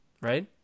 right